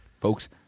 Folks